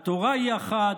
התורה היא אחת,